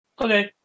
Okay